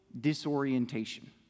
disorientation